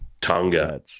Tonga